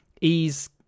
ease